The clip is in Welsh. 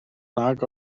nag